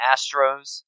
Astros